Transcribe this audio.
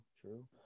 true